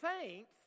saints